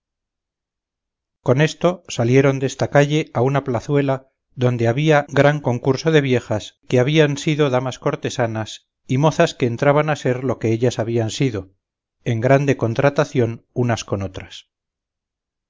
con esto salieron desta calle a una plazuela donde había gran concurso de viejas que había sido damas cortesanas y mozas que entraban a ser lo que ellas habían sido en grande contratación unas con otras